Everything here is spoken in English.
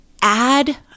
add